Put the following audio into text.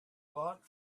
lot